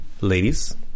Ladies